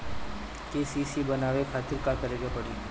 KCC बनवावे खातिर का करे के पड़ी?